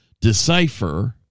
decipher